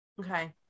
Okay